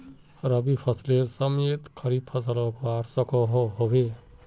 रवि फसलेर समयेत खरीफ फसल उगवार सकोहो होबे?